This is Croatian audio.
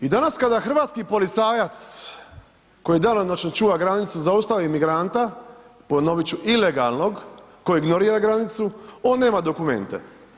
I danas kada hrvatski policajac koji danonoćno čuva granicu zaustavi migranta, ponoviti ću ilegalnog koji ignorira granicu on nema dokumente.